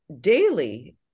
daily